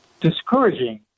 discouraging